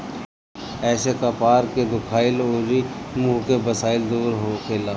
एसे कपार के दुखाइल अउरी मुंह के बसाइल दूर होखेला